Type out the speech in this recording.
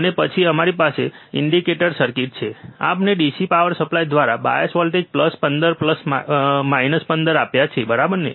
અને પછી અમારી પાસે ઈન્ડીકેટર સર્કિટ છે આપણે DC પાવર સપ્લાય દ્વારા બાયસ વોલ્ટેજ પ્લસ 15 માઇનસ 15 આપ્યા છે બરાબર ને